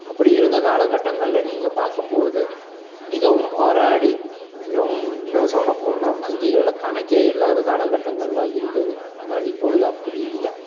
அப்படி இருந்த காலகட்டங்களில் நீங்கள் பார்க்கும்போது மிகவும் போராடி மிகவும் இன்னும் சொல்லப்போனால் வங்கிகளில் கணக்கே இல்லாத காலகட்டங்களெலாம் இருந்தது ஆனால் இப்பொழுது அப்படி இல்லை